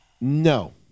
No